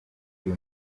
uyu